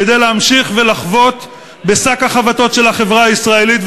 כדי להמשיך ולחבוט בשק החבטות של החברה הישראלית,